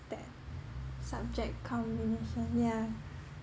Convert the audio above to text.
that subject combination yeah